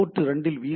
இது போர்ட் 2 இல் வி